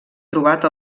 trobat